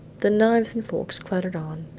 the knives and forks clattered on,